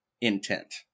intent